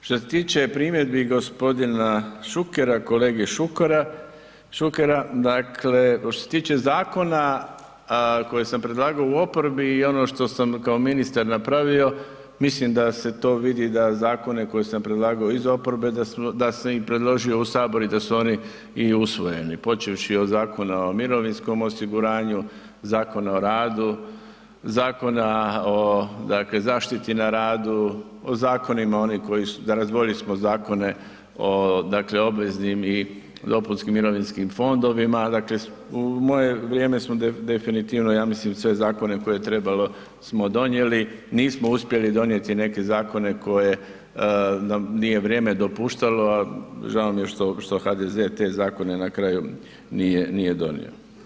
Što se tiče primjedbi g. Šukera, kolege Šukera, dakle što se tiče zakona koji sam predlagao u oporbi i ono što sam kao ministar napravio, mislim da se to vidi da zakone koje sam predlagao iz oporbe, da sam ih predložio u Sabor i da oni i usvojeni, počevši od Zakona o mirovinskom osiguranju, Zakona o radu, Zakona o zaštiti na radu, zakonima onim koji su, razdvojili smo zakone dakle o obveznim i dopunskim mirovinskim fondovima, dakle u moje vrijeme smo definitivno ja mislim sve zakone koje trebalo smo donijeli, nismo uspjeli donijeti neke zakone koje nije vrijeme dopuštalo, žao mi je što HDZ te zakone na kraju nije donio.